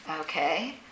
Okay